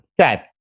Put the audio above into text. Okay